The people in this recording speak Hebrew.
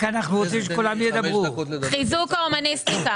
חיזוק ההומניסטיקה.